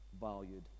valued